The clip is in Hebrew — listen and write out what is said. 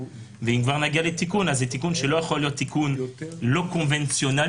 ואם כבר נגיע לתיקון זה תיקון שלא יכול להיות תיקון לא קונבנציונלי,